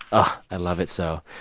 ah i love it so.